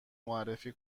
معرفی